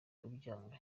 kubyanga